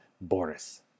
Boris